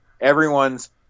everyone's